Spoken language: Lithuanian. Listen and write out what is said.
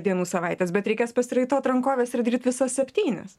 dienų savaitės bet reikės pasiraitot rankoves ir daryt visas septynias